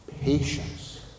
Patience